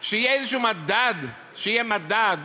שיהיה איזה מדד, שיהיה מדד